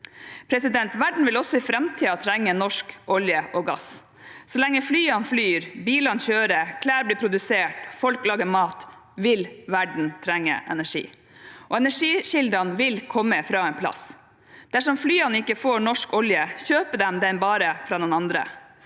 landet. Verden vil også i framtiden trenge norsk olje og gass. Så lenge flyene flyr, bilene kjører, klær blir produsert, folk lager mat, vil verden trenge energi, og energikildene vil komme fra en plass. Dersom flyene ikke får norsk olje, kjøper de den bare fra noen andre.